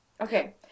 Okay